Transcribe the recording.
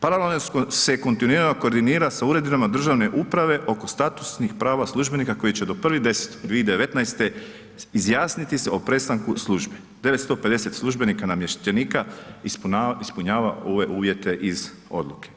Paralelno se kontinuirano koordinira sa uredima državne uprave oko statusnih prava službenika koji će do 1. 10. 2019. izjasniti se o prestanku službe, 950 službenika, namještenika ispunjava ove uvjete iz odluke.